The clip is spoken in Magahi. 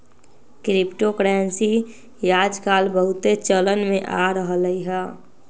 क्रिप्टो करेंसी याजकाल बहुते चलन में आ रहल हइ